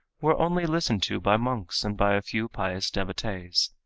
were only listened to by monks and by a few pious devotees.